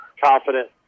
confident